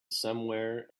somewhere